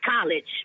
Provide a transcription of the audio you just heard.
college